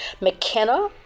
McKenna